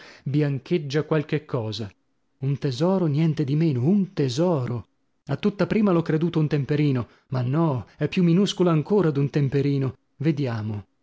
biancheggia qualche cosa un tesoro niente di meno un tesoro a tutta prima l'ho creduto un temperino ma no è più minuscolo ancora d'un temperino vediamo